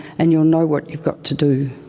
and you'll know what you've got to do.